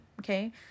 okay